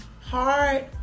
hard